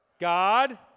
God